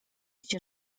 się